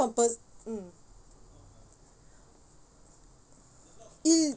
per~ mm it